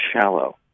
shallow